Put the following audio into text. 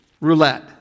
roulette